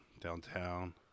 downtown